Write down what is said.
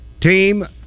team